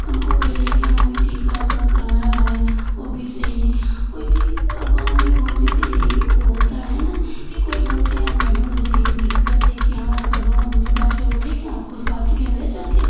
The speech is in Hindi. उनको भी ले गए हम वहीं टीका ओका करवाए ओरवाए वो भी सही हैं कोई फिर अब गाँव में घूमने से यही होता है ना फिर कोई बोलते हैं यार मैडम मुझे ये दिक्कत है क्या करुँ हमने कहा चलो ठीक है आपको स्वास्थ्य केंद्र ले चल के